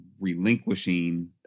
relinquishing